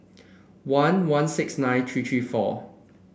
one one six nine three three four